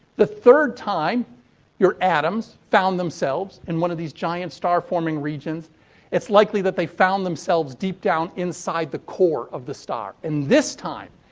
the third time your atoms found themselves in one of these giant star forming regions it's likely that the found themselves deep down inside the core of the star. and this time,